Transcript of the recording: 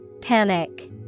Panic